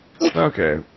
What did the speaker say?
okay